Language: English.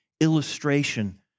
illustration